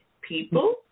people